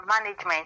Management